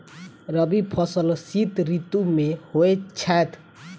रबी फसल शीत ऋतु मे होए छैथ?